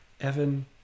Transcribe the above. Evan